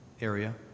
area